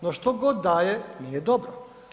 No što god da je, nije dobro.